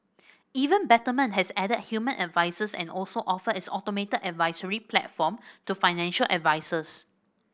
even Betterment has added human advisers and also offer its automated advisory platform to financial advisers